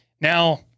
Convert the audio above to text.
Now